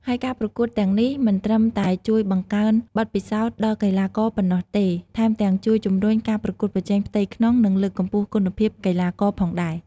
ហើយការប្រកួតទាំងនេះមិនត្រឹមតែជួយបង្កើនបទពិសោធន៍ដល់កីឡាករប៉ុណ្ណោះទេ ថែមទាំងជួយជំរុញការប្រកួតប្រជែងផ្ទៃក្នុង និងលើកកម្ពស់គុណភាពកីឡាករផងដែរ។